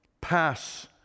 pass